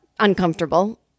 Uncomfortable